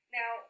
Now